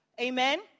Amen